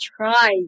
try